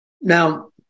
Now